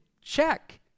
check